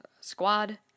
squad